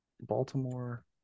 Baltimore